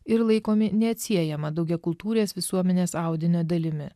ir laikomi neatsiejama daugiakultūrės visuomenės audinio dalimi